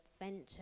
adventure